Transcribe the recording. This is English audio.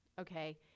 okay